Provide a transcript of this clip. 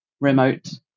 remote